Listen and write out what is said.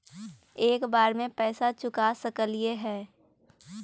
एक बार में पैसा चुका सकालिए है?